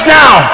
now